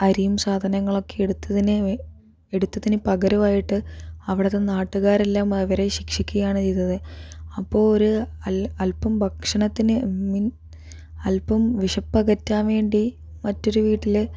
അരിയും സാധനങ്ങളും ഒക്കെ എടുത്തതിന് എടുത്തതിന് പകരമായിട്ട് അവിടുത്തെ നാട്ടുകാരെല്ലാം ഇവരെ ശിക്ഷിക്കുകയാണ് ചെയ്തത് അപ്പോൾ ഒരു അൽപ്പം ഭക്ഷണത്തിന് മിൻ അൽപ്പം വിശപ്പ് അകറ്റാൻ വേണ്ടി മറ്റൊരു വീട്ടില്